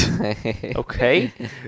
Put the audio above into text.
Okay